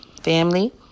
Family